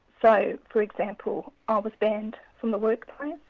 so for example, i was banned from the workplace,